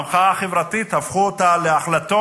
המחאה החברתית, הפכו אותה להחלטות